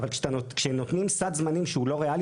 אבל כשנותנים סעד זמנים שהוא לא ריאלי